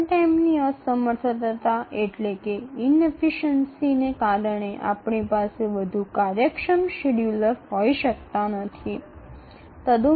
runtime অদক্ষতার কারণে আমাদের আরও দক্ষ শিডিউলার থাকতে পারে না